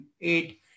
eight